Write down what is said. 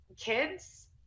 kids